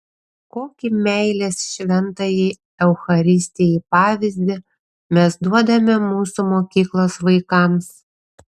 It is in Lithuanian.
kokį meilės šventajai eucharistijai pavyzdį mes duodame mūsų mokyklos vaikams